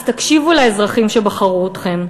אז תקשיבו לאזרחים שבחרו בכם,